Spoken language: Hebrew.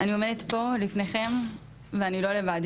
אני עומדת פה לפניכם ואני לא לבד,